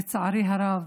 לצערי הרב,